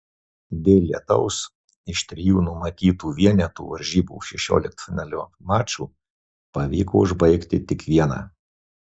dėl lietaus iš trijų numatytų vienetų varžybų šešioliktfinalio mačų pavyko užbaigti tik vieną